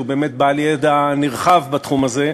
שהוא בעל ידע נרחב בתחום הזה,